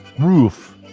roof